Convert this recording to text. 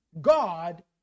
God